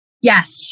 Yes